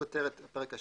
כותרת הפרק השני.